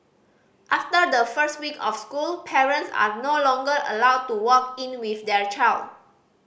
after the first week of school parents are no longer allowed to walk in with their child